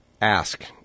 ask